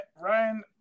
Ryan